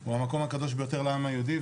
הוא המקום הקדוש ביותר לעם היהודי,